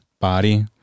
body